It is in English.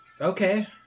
Okay